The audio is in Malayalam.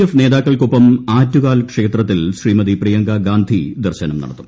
എഫ് നേതാക്കൾക്കൊപ്പം ആറ്റുകാൽ ക്ഷേത്രത്തിൽ ശ്രീമതി പ്രിയങ്ക ഗാന്ധി ദർശനം നടത്തും